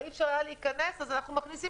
אי אפשר היה להיכנס אז אנחנו מכניסים